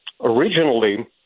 Originally